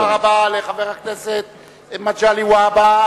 תודה רבה לחבר הכנסת מגלי והבה.